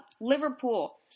Liverpool